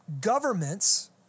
governments